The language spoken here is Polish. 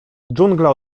dżungla